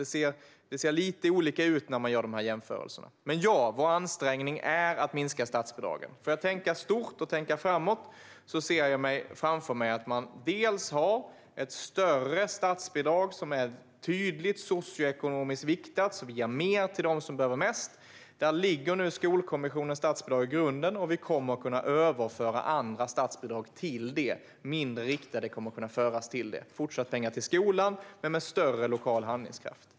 Det ser alltså lite olika ut när man gör de här jämförelserna. Men ja, vår ansträngning är att minska statsbidragen. För att tänka stort och tänka framåt ser jag framför mig att man har ett större statsbidrag som är tydligt socioekonomiskt viktat och ger mer till dem som behöver mest. Där ligger nu Skolkommissionens statsbidrag i grunden, och vi kommer att kunna överföra mindre riktade statsbidrag till det. Det blir fortfarande pengar till skolan, men med större lokal handlingskraft.